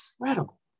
incredible